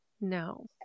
No